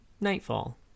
nightfall